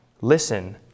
Listen